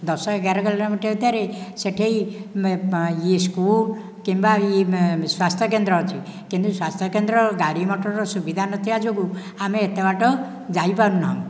ଦଶ ଏଗାର କିଲୋମିଟର ଭିତରେ ସେଇଠି ଇଏ ସ୍କୁଲ କିମ୍ବା ଇଏ ସ୍ୱାସ୍ଥ୍ୟ କେନ୍ଦ୍ର ଅଛି କିନ୍ତୁ ସ୍ୱାସ୍ଥ୍ୟ କେନ୍ଦ୍ର ଗାଡ଼ି ମୋଟର ସୁବିଧା ନଥିବା ଯୋଗୁଁ ଆମେ ଏତେ ବାଟ ଯାଇପାରୁ ନାହୁଁ